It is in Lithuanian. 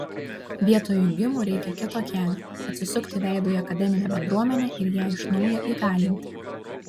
vietoj jungimų reikia kito kelio atsisukti veidu į akademinę bendruomenę ir ją iš naujo įgalinti